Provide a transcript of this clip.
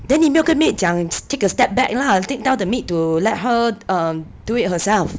then 你没有跟 maid 讲 take a step back lah take tell the maid to let her um do it herself